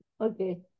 Okay